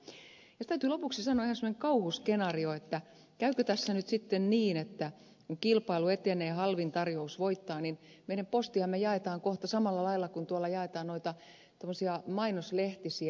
sitten täytyy lopuksi esittää ihan semmoinen kauhuskenaario että käykö tässä nyt sitten niin että kun kilpailu etenee ja halvin tarjous voittaa niin meidän postiamme jaetaan kohta samalla lailla kuin tuolla jaetaan noita mainoslehtisiä